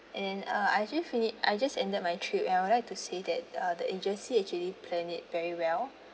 and uh I actually fini~ I just ended my trip and I would like to say that uh the agency actually planned it very well